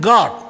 God